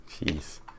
Jeez